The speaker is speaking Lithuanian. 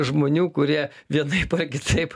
žmonių kurie vienaip ar kitaip